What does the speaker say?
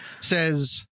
says